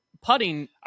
putting